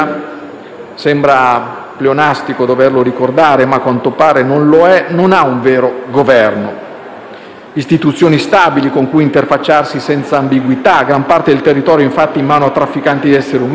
sembra pleonastico doverlo ricordare, ma, a quanto pare, non lo è - non ha un vero Governo, istituzioni stabili con cui interfacciarsi senza ambiguità; gran parte del territorio è infatti in mano a trafficanti di esseri umani,